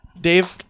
Dave